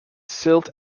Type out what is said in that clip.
silt